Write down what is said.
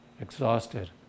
exhausted